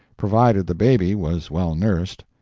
provided the baby was well nursed.